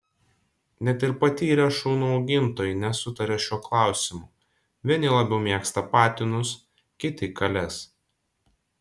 net ir patyrę šunų augintojai nesutaria šiuo klausimu vieni labiau mėgsta patinus kiti kales